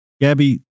Gabby